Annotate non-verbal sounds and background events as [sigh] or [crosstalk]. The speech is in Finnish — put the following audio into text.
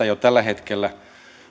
[unintelligible] jo tällä hetkellä